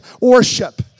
worship